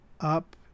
up